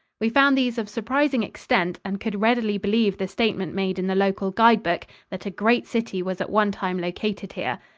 we found these of surprising extent and could readily believe the statement made in the local guide-book that a great city was at one time located here.